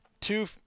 two